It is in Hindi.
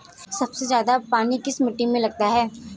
सबसे ज्यादा पानी किस मिट्टी में लगता है?